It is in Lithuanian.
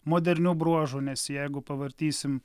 modernių bruožų nes jeigu pavartysim